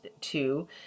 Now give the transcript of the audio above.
two